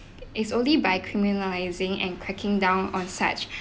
it's only by criminalising and cracking down on such